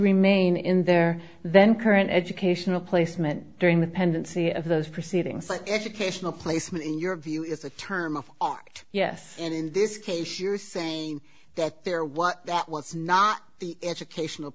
remain in their then current educational placement during the pendency of those proceedings like educational placement in your view is a term of art yes and in this case you're saying that they're what that was not the educational